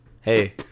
Hey